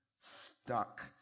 stuck